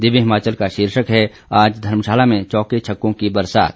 दिव्य हिमाचल का शीर्षक है आज धर्मशाला में चौके छक्कों की बरसात